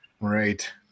Right